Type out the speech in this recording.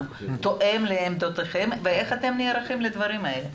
תואם לעמדותיכם ואיך אתם נערכים לדברים האלה.